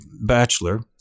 bachelor